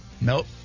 Nope